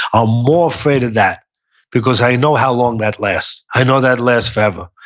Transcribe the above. ah more afraid of that because i know how long that lasts. i know that lasts forever.